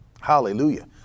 Hallelujah